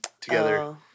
together